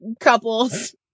couples